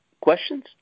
questions